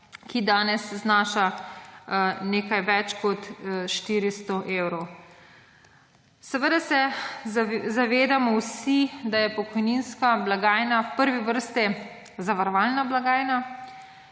ki danes znaša nekaj več kot 400 evrov. Seveda se zavedamo vsi, da je pokojninska blagajna v prvi vrsti zavarovalna blagajna.